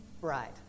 right